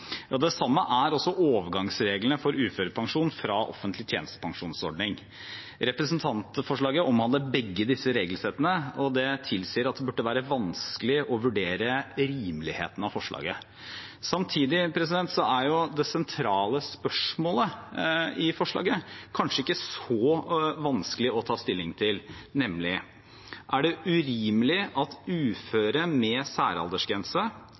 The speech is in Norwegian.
komplisert. Det samme er overgangsreglene for uførepensjon fra offentlig tjenestepensjonsordning. Representantforslaget omhandler begge disse regelsettene, og det tilsier at det burde være vanskelig å vurdere rimeligheten av forslaget. Samtidig er det sentrale spørsmålet i forslaget kanskje ikke så vanskelig å ta stilling til, nemlig: Er det urimelig at uføre med særaldersgrense